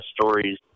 stories